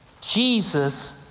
Jesus